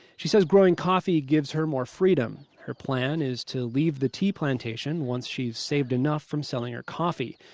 she says growing coffee gives her more freedom. her plan is to leave the tea plantation once she's saved enough from selling her coffee.